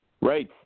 Right